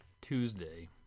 tuesday